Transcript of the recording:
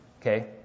okay